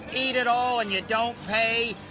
eat it all and you don't pay,